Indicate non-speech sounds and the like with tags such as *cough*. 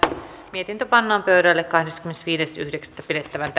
mietintö pannaan pöydälle kahdeskymmenesviides yhdeksättä kaksituhattaviisitoista pidettävään *unintelligible*